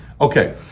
Okay